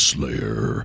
Slayer